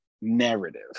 narrative